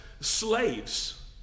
slaves